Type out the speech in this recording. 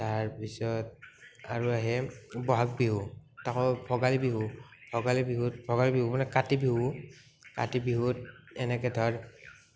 তাৰপিছত আৰু আহিল বহাগ বিহু তাকৌ ভগালী বিহু ভগালী বিহুত ভগালী বিহু মানে কাতি বিহু কাতি বিহুত এনেকে ধৰ